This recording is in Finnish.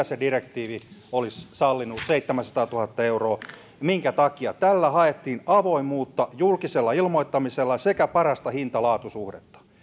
se direktiivi olisi sallinut seitsemänsataatuhatta euroa minkä takia tällä haettiin avoimuutta julkisella ilmoittamisella sekä parasta hinta laatu suhdetta